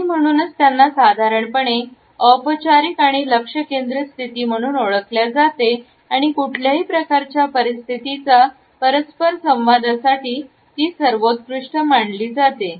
आणि म्हणूनच त्यांना साधारणपणे औपचारिक आणि लक्ष केंद्रित स्थिती म्हणून ओळखल्या जाते आणि कुठल्याही प्रकारच्या परिस्थिती परस्पर संवादासाठी सर्वोत्कृष्ट मानली जाते